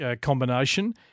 combination